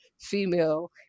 female